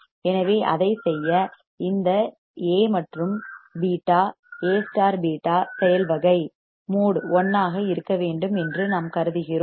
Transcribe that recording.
எனவே அதைச் செய்ய இந்த A மற்றும் β A β செயல் வகை 1 ஆக இருக்க வேண்டும் என்று நாம் கோருகிறோம்